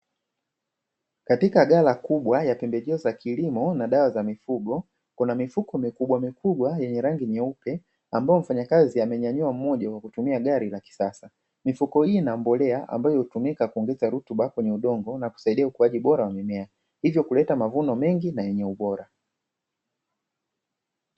Katika ghala kubwa ya pembejeo za kilimo na dawa za mifugo, kuna mifuko mikubwamikubwa yenye rangi nyeupe ambayo mfanyakazi amenyanyua mmoja kwa kutumia gari la kisasa. Mifuko hii ina mbolea ambayo hutumika kuongeza rutuba kwenye udongo na kusaidia ukuaji bora wa mimea, hivyo kuleta mavuno mengi na yenye ubora.